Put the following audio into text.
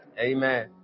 Amen